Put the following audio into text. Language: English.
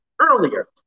earlier